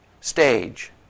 stage